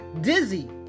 dizzy